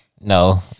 no